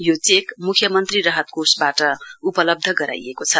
यो चेक मुख्य मन्त्री राहत कोषवाट उपलब्ध गराइएको छ